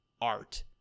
Art